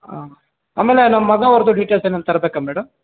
ಹಾಂ ಆಮೇಲೆ ನಮ್ಮ ಮಗ ಅವ್ರದು ಡಿಟೇಲ್ಸ್ ಏನಾದ್ರು ತರಬೇಕಾ ಮೇಡಮ್